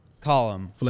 column